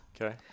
Okay